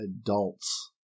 adults